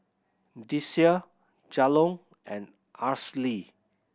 Deasia Jalon and Aracely